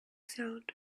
sound